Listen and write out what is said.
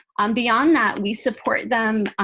um beyond that we support them.